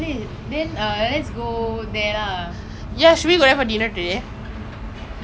orh I've put the what bangkok street mooka~